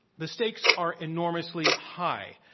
the stakes are enormously high.